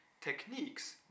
techniques